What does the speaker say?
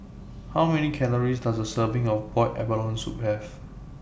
How Many Calories Does A Serving of boiled abalone Soup Have